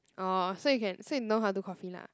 orh so you can so you know how to do coffee lah